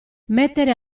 mettere